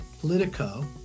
Politico